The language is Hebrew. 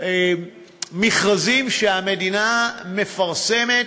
לוקחים מכרזים שהמדינה מפרסמת,